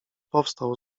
powstał